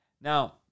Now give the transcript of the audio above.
Now